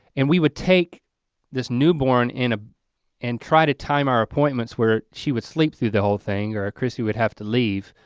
and we would take this newborn ah and try to time our appointments where she would sleep through the whole thing or christy would have to leave.